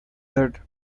that